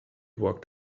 walked